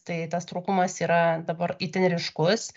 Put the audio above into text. tai tas trūkumas yra dabar itin ryškus